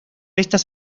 estas